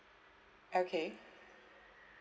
okay